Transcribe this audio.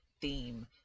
theme